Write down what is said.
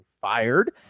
fired